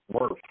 worth